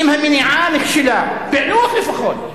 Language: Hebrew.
אם המניעה נכשלה, פענוח לפחות.